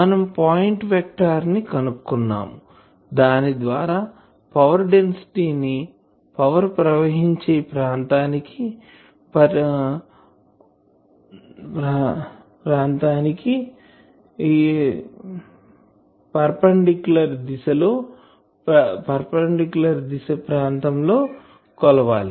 మనం point vector ని కనుక్కున్నాము దాని ద్వారా పవర్ డెన్సిటీ ని పవర్ ప్రవహించే ప్రాంతానికి పర్పెండిక్యూలర్ దిశ ప్రాంతం లో కొలవాలి